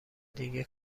دیگه